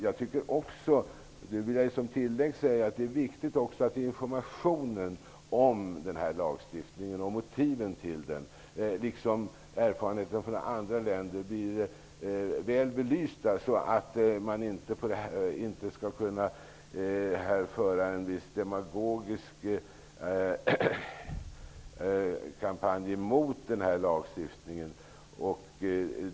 Jag tycker också -- det vill jag säga som tillägg -- att det är viktigt att motiven till den här lagstiftningen, liksom erfarenheterna från andra länder, blir väl belysta, så att man inte skall kunna föra en viss demagogisk kampanj mot den här lagstiftningen.